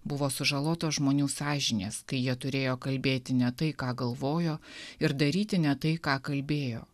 buvo sužalotos žmonių sąžinės kai jie turėjo kalbėti ne tai ką galvojo ir daryti ne tai ką kalbėjo